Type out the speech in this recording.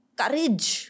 courage